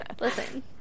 Listen